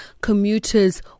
commuters